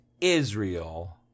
Israel